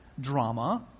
drama